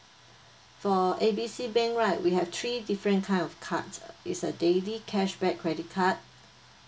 for A B C bank right we have three different kind of cards it's a daily cashback credit card